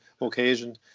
occasion